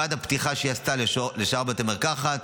מלבד הפתיחה שהיא עשתה לשאר בתי המרקחת,